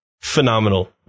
phenomenal